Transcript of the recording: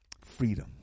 freedom